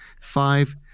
five